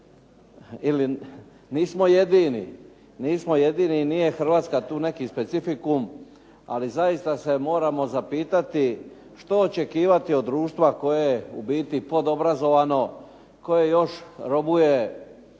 nismo jedini i nije Hrvatska tu neki specifikum, ali zaista se moramo zapitati što očekivati od društva koje je u biti podobrazovano, koje još robuje